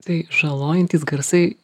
tai žalojantys garsai